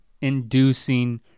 Inducing